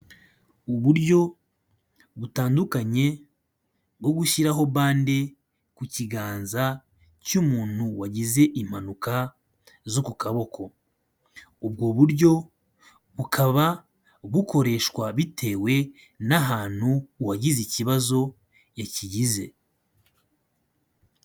Uburyo butandukanye bwo gushyiraho bande ku kiganza cy'umuntu wagize impanuka zo ku kaboko. Ubwo buryo bukaba bukoreshwa bitewe n'ahantu uwagize ikibazo yakigize.